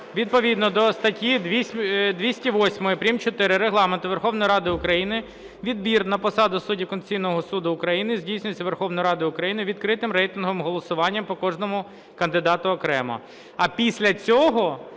Відповідно до статті 208 прим.4 Регламенту Верховної Ради України відбір на посаду судді Конституційного Суду України здійснюється Верховною Радою України відкритим рейтинговим голосуванням по кожному кандидату окремо. А після цього